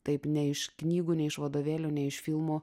taip ne iš knygų ne iš vadovėlių ne iš filmų